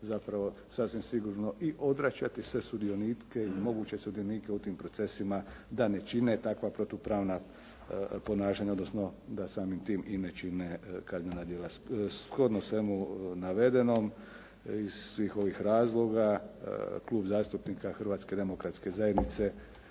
zapravo sasvim sigurno i …/Govornik se ne razumije./… sve sudionike i moguće sudionike u tim procesima da ne čine takva protupravna ponašanja, odnosno da samim tim i ne čine kaznena djela. Shodno svemu navedenom iz svih ovih razloga Klub zastupnika Hrvatske demokratske zajednice